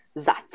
Zat